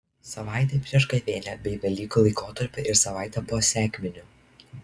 savaitę prieš gavėnią bei velykų laikotarpį ir savaitę po sekminių